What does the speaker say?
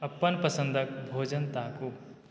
अपन पसन्दके भोजन ताकू